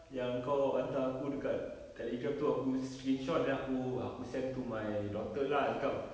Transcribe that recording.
yang kau hantar aku dekat telegram itu aku screenshot then aku aku send to my daughter lah I cakap